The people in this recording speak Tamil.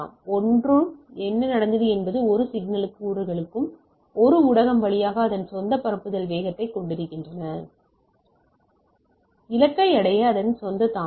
ஒவ்வொன்றும் என்ன நடந்தது என்பது ஒவ்வொரு சிக்னல் கூறுகளும் ஒரு ஊடகம் வழியாக அதன் சொந்த பரப்புதல் வேகத்தை கொண்டிருக்கின்றன எனவே இலக்கை அடைய அதன் சொந்த தாமதம்